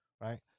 Right